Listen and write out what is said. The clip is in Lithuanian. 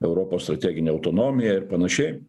europos strateginė autonomija ir panašiai